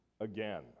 again